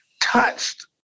touched